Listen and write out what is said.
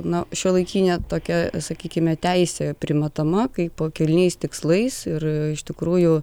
na šiuolaikinė tokia sakykime teisė primetama kaipo kilniais tikslais ir iš tikrųjų